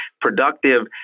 productive